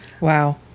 Wow